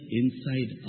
inside